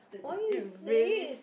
why you